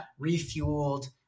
refueled